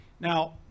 Now